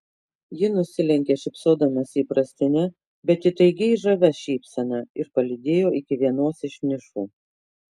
ji nusilenkė šypsodamasi įprastine bet įtaigiai žavia šypsena ir palydėjo iki vienos iš nišų